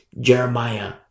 Jeremiah